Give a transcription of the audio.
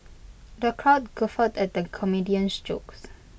the crowd guffawed at the comedian's jokes